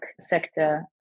sector